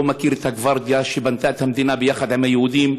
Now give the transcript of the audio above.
לא מכיר את הגווארדיה שבנתה את המדינה יחד עם היהודים,